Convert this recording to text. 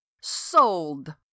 Sold